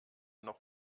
noch